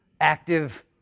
active